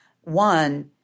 One